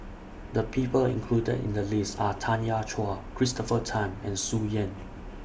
The People included in The list Are Tanya Chua Christopher Tan and Tsung Yeh